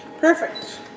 Perfect